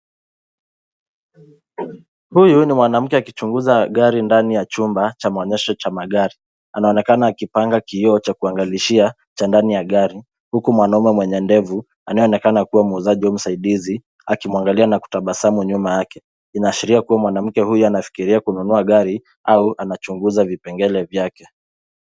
Huyu ni mwanamke akichunguza gari ndani ya chumba cha maonyesho cha magari. Anaonekana akipanga kioo cha kuangalishia cha ndani ya gari, huku mwanaume mwenye ndevu, anayeonekana kua muuzaji au msaidizi, akimwangalia na kutabasamu nyuma yake. Inaashiria kua mwanamke huyu anafikiria kununua gari au anachunguza vipengele vyake.